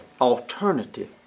Alternative